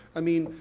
i mean,